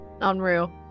unreal